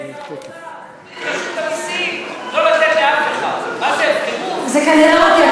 אז כשאני אהיה שר האוצר תחליט רשות המסים לא לתת לאף אחד.